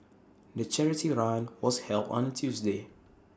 the charity run was held on A Tuesday